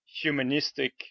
humanistic